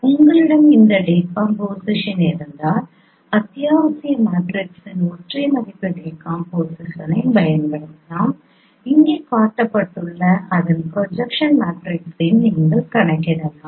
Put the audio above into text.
உங்களிடம் இந்த டீகாம்போசிஷன் இருந்தால் அத்தியாவசிய மேட்ரிக்ஸின் ஒற்றை மதிப்பு டீகாம்போசிஷனை பயன்படுத்தும் இங்கே காட்டப்பட்டுள்ள அதன் ப்ரொஜெக்ஷன் மேட்ரிக்ஸ்களையும் நீங்கள் கணக்கிடலாம்